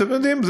אתם יודעים,